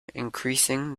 increasing